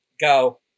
go